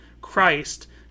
Christ